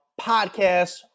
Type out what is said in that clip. podcast